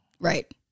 Right